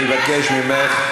אני מבקש ממך,